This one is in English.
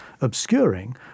obscuring